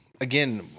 again